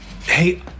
Hey